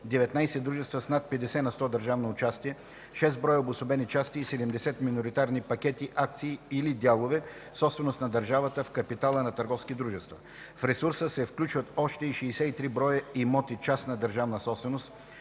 19 дружества с над 50 на сто държавно участие, 6 броя обособени части и 70 миноритарни пакети акции/дялове, собственост на държавата в капитала на търговски дружества. В ресурса се включват още и 63 броя имоти – частна държавна собственост,